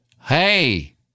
hey